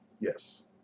Yes